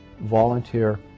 Volunteer